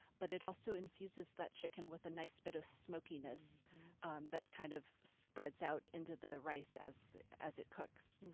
but it also infuses that chicken with a nice bit of smokiness um that kind of spreads out into the rice as as it cooks.